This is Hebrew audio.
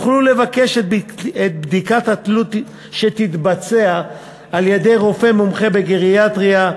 יוכלו לבקש כי בדיקת התלות תתבצע על-ידי רופא מומחה בגריאטריה.